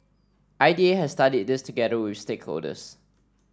I D A has studied this together with stakeholders